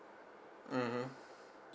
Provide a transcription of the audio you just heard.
mmhmm